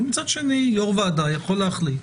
מצד שני יו"ר הוועדה יכול להחליט